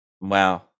Wow